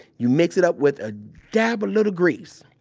you mix it up with a dab of little grease,